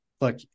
look